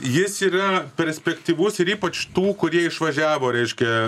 jis yra perspektyvus ir ypač tų kurie išvažiavo reiškia